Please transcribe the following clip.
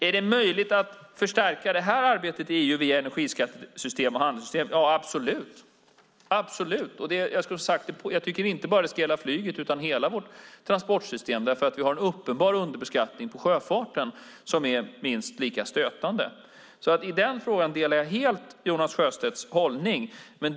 Är det möjligt att förstärka det här arbetet i EU via energiskattesystem och handelssystem? Ja, absolut. Jag tycker inte att det bara ska gälla flyget utan hela vårt transportssystem. Vi har en uppenbar underbeskattning på sjöfarten som är minst lika stötande. I den frågan delar jag helt Jonas Sjöstedts hållning.